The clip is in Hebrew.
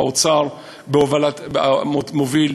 האוצר מוביל.